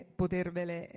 potervele